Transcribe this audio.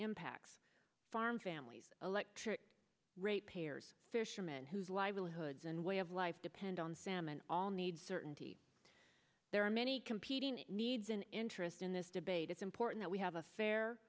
impacts farm families electric ratepayers fishermen whose livelihoods and way of life depend on salmon all need certainty there are many competing needs an interest in this debate it's important we have a fair